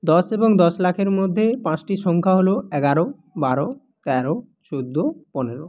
দশ এবং দশ লাখের মধ্যে পাঁচটি সংখ্যা হলো এগারো বারো তেরো চোদ্দো পনেরো